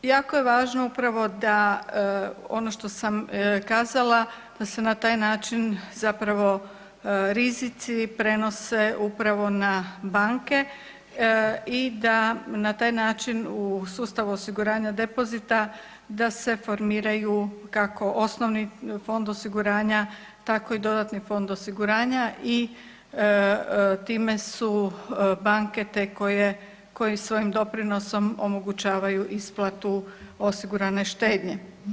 Jako je važno upravo da ono što sam kazala da se na taj način rizici prenose upravo na banke i da na taj način u sustav osiguranja depozita da se formiraju kako osnovni fond osiguranja tako i dodatni fond osiguranja i time su banke te koje svojim doprinosom omogućavaju isplatu osigurane štednje.